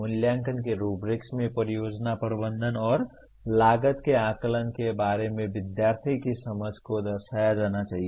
मूल्यांकन के रुब्रिक्स में परियोजना प्रबंधन और लागत के आकलन के बारे में विद्यार्थी की समझ को दर्शाया जाना चाहिए